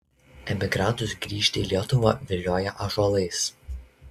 emigrantus grįžti į lietuvą vilioja ąžuolais